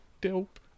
dope